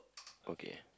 okay